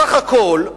בסך הכול,